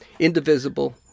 Indivisible